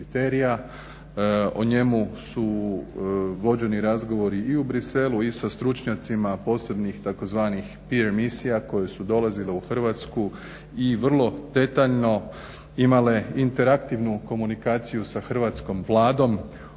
O njemu se vođeni razgovori i u Bruxellesu i sa stručnjacima, posebnih tzv. pir misija koje su dolazile u Hrvatsku i vrlo detaljno imale interaktivnu komunikaciju sa Hrvatskom vladom